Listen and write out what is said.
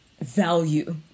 value